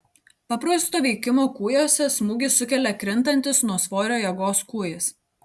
paprasto veikimo kūjuose smūgį sukelia krintantis nuo svorio jėgos kūjis